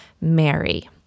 Mary